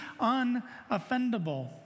unoffendable